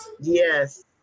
Yes